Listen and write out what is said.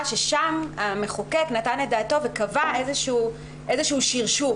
ששם המחוקק נתן דעתו וקבע איזה שהוא שרשור.